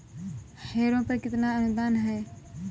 Harrow पर कितना अनुदान है?